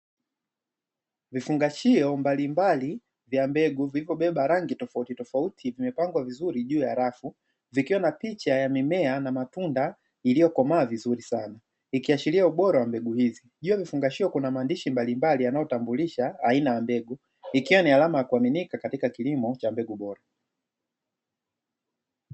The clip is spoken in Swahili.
Vifungashio mbalimbali vya mbegu vilivyobeba rangi tofauti tofauti vimepangwa vizuri juu ya rafu vikiwa na picha ya mimea na matunda iliyokomaa vizuri sana, ikiashiria ubora wa mbegu hiyo na kuna maandishi mbalimbali yanayotambulisha aina ya mbegu ikiwa ni alama ya kuaminika katika kilimo cha mbegu bora.